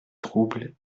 trouble